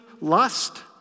lust